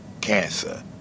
cancer